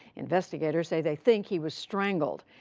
investigators say they think he was strangled.